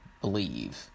believe